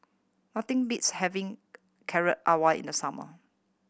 nothing beats having Carrot Halwa in the summer